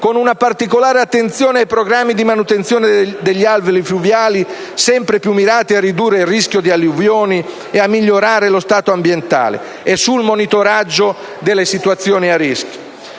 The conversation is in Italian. con una particolare attenzione ai programmi di manutenzione degli alvei fluviali, sempre più mirati a ridurre il rischio di alluvioni e a migliorare lo stato ambientale; e sul monitoraggio delle situazioni a rischio.